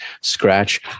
scratch